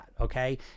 okay